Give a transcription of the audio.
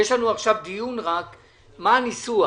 יש לנו עכשיו דיון רק על מה הניסוח.